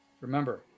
remember